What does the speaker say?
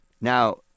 Now